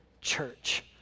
church